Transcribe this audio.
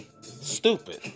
stupid